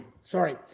sorry